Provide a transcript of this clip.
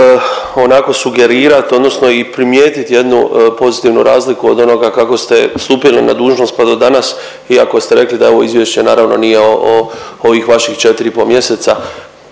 onako sugerirat odnosno i primijetit jednu pozitivnu razliku od onoga kako ste stupili na dužnost pa do danas iako ste rekli da ovo izvješće naravno nije o ovih vaših 4 i po mjeseca.